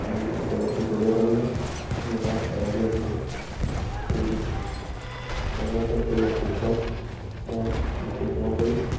আহি উপলব্ধি কৰিব পাৰিব নিভাঁজ গাঁৱলীয়া যিটো পৰিৱেশ অন্য ঠাইতকৈ ইয়াত পৃথক মই ডাঠি ক'ব পাৰোঁ